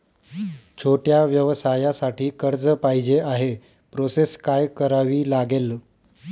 छोट्या व्यवसायासाठी कर्ज पाहिजे आहे प्रोसेस काय करावी लागेल?